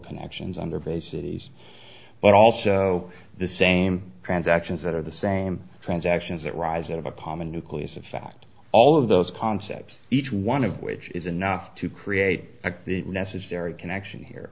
connections on their bases but also the same transactions that are the same transactions that rise out of a common nucleus of fact all of those concepts each one of which is enough to create the necessary connection here